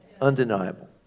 Undeniable